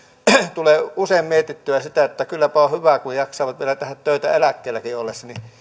tulee usein mietittyä sitä että kylläpä on hyvä kun jaksavat vielä tehdä töitä eläkkeellä ollessaankin